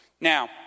Now